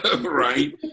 right